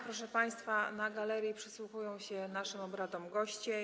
Proszę państwa, na galerii przysłuchują się naszym obradom goście.